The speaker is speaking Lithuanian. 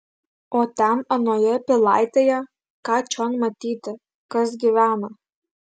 o ten anoje pilaitėje ką čion matyti kas gyvena